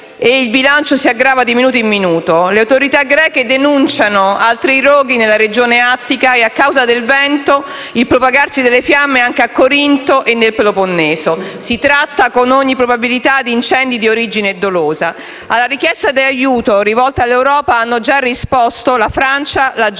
È un bilancio che si aggrava di minuto in minuto. Le autorità greche denunciano altri roghi nella regione Attica e, a causa del vento, il propagarsi delle fiamme anche a Corinto e nel Peloponneso. Si tratta con ogni probabilità di incendi di origine dolosa. Alla richiesta di aiuto rivolta all'Europa hanno già risposto la Francia, la Germania,